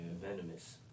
venomous